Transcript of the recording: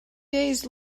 days